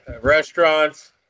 Restaurants